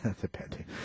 depending